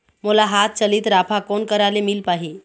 मोला हाथ चलित राफा कोन करा ले मिल पाही?